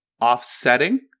offsetting